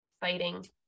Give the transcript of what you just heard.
fighting